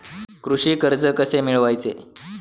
कृषी कर्ज कसे मिळवायचे?